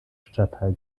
stadtteil